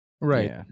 right